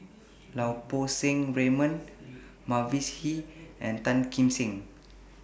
Lau Poo Seng Raymond Mavis Hee and Tan Kim Seng